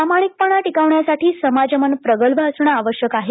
प्रामाणिकपणाचा टिकवण्य़ासाठी समाज मन प्रगल्भ असणे आवश्यक आहे